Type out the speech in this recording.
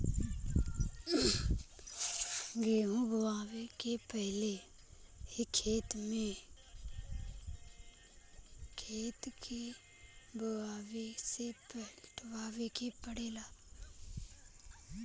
गेंहू बोअला के पहिले ही खेत के बढ़िया से पटावे के पड़ेला